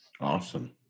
awesome